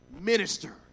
minister